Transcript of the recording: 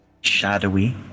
shadowy